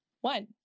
One